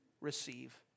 receive